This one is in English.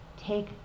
Take